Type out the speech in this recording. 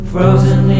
Frozen